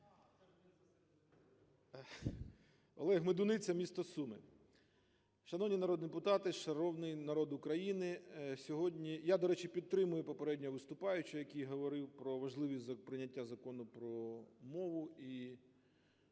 Олег Медуниця, місто Суми. Шановні народні депутати! Шановний народ України! Сьогодні… Я, до речі, підтримую попереднього виступаючого, який говорив про важливість прийняття Закону про мову, і